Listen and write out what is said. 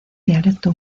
dialecto